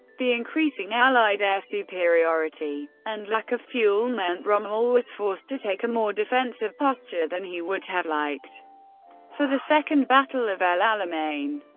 the increasing allied air superiority and lack of fuel meant rommel was forced to take a more defensive posture than he would have liked for the second battle of el alamein.